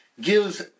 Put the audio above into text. gives